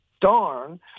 darn